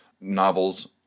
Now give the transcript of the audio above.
novels